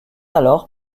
alors